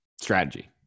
strategy